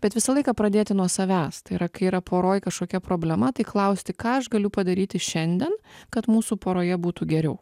bet visą laiką pradėti nuo savęs tai yra kai yra poroj kažkokia problema tai klausti ką aš galiu padaryti šiandien kad mūsų poroje būtų geriau